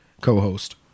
co-host